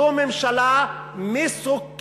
זו ממשלה מסוכנת.